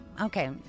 okay